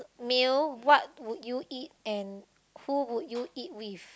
meal what would you eat and who would you eat with